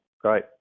great